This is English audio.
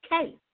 case